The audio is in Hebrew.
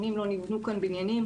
שנים לא נבנו כאן בניינים,